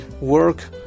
work